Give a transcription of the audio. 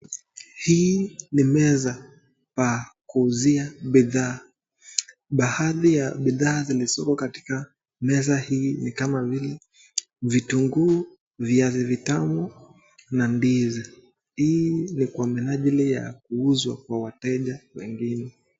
Hii ni meza pa kuuzia bidhaa, baadhi ya bidhaa zilizo katika meza hii ni kama vile vitunguu, viazi vitamu na ndizi. Hii ni kwa minajili ya kuuzwa kwa wateja wengine.